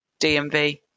DMV